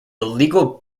illegal